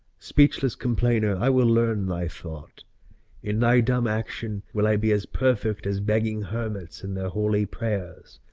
speechless complainer, i will learn thy thought in thy dumb action will i be as perfect as begging hermits in their holy prayers.